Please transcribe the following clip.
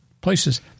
places